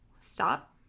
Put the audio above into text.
stop